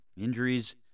injuries